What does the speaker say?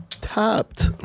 Tapped